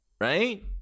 right